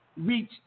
reach